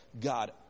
God